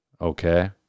Okay